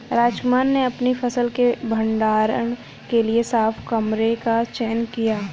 रामकुमार ने अपनी फसल के भंडारण के लिए साफ कमरे का चयन किया